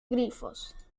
grifos